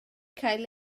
cael